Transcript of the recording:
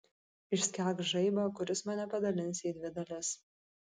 išskelk žaibą kuris mane padalins į dvi dalis